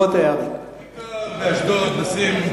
באשדוד תשים.